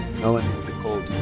melanie nicole